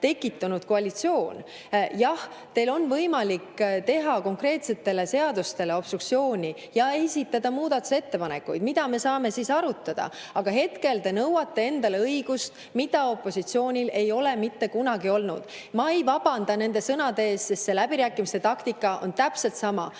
tekitanud koalitsioon. Jah, teil on võimalik teha konkreetsetele seaduseelnõudele obstruktsiooni ja esitada muudatusettepanekuid, mida me saame arutada. Aga hetkel te nõuate endale õigusi, mida opositsioonil ei ole mitte kunagi olnud. Ma ei vabanda nende sõnade eest, sest teie läbirääkimiste taktika on täpselt sama.